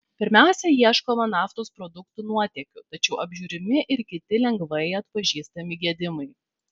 pirmiausia ieškoma naftos produktų nuotėkių tačiau apžiūrimi ir kiti lengvai atpažįstami gedimai